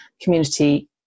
community